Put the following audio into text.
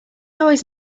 always